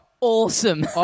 awesome